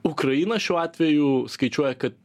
ukraina šiuo atveju skaičiuoja kad